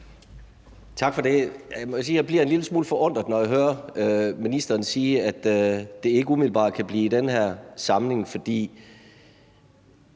sige, at jeg bliver en lille smule forundret, når jeg hører ministeren sige, at det ikke umiddelbart kan blive i den her samling. For